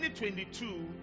2022